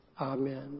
Amen